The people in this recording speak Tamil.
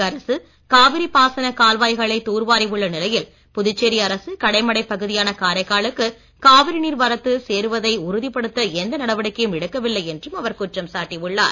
தமிழக அரசு காவிரிப் பாசனக் கால்வாய்களை தூர்வாரி உள்ள நிலையில் புதுச்சேரி அரசு கடை மடைப் பகுதியான காரைக்காலுக்கு காவிரி நீர் வந்து சேருவதை உறுதிப்படுத்த எந்த நடவடிக்கையும் எடுக்க வில்லை என்றும் அவர் குற்றம் சாட்டியுள்ளார்